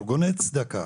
ארגוני צדקה,